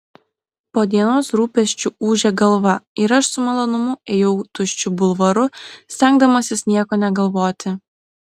po dienos rūpesčių ūžė galva ir aš su malonumu ėjau tuščiu bulvaru stengdamasis nieko negalvoti